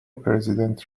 پرزیدنت